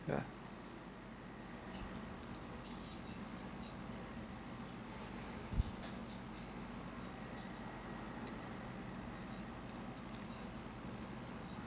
ya